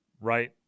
right